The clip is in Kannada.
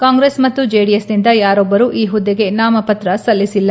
ಕಾಂಗ್ರೆಸ್ ಮತ್ತು ಜೆಡಿಎಸ್ನಿಂದ ಯಾರೊಬ್ಲರು ಈ ಹುದ್ದೆಗೆ ನಾಮಪತ್ರ ಸಲ್ಲಿಸಲ್ಲ